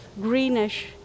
greenish